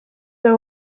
this